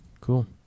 Cool